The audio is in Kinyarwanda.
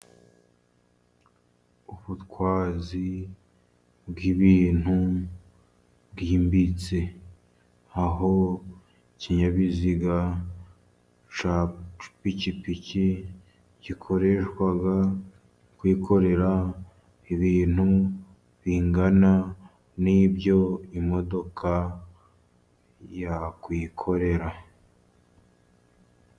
Ubutwazi bw'ibintu bwimbitse ,aho ikinyabiziga cy'ipikipiki gikoreshwa kwikorera ibintu bingana n'ibyo imodoka yakwikorera.